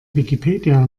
wikipedia